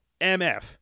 MF